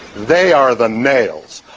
they are the nails.